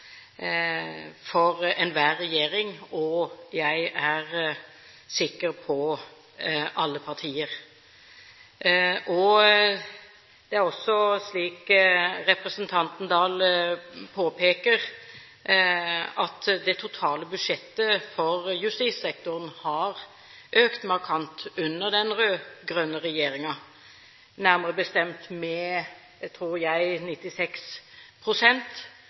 for enhver regjering, og jeg er sikker på for alle partier. Det er også slik representanten Oktay Dahl påpeker, at det totale budsjettet for justissektoren har økt markant under den rød-grønne regjeringen – nærmere bestemt med, tror jeg,